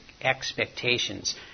expectations